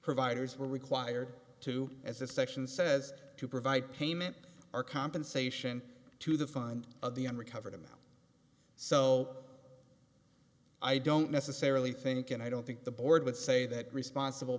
providers were required to as the section says to provide payment or compensation to the fund of the unrecovered amount so i don't necessarily think and i don't think the board would say that responsible